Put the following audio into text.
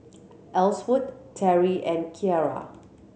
Elsworth Terrie and Ciera